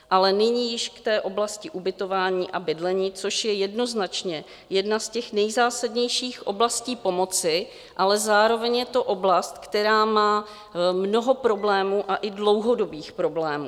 Ale nyní již k té oblasti ubytování a bydlení, což je jednoznačně jedna z těch nejzásadnějších oblastí pomoci, ale zároveň je to oblast, která má mnoho problémů, a i dlouhodobých problémů.